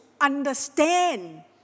understand